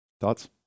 Thoughts